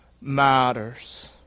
matters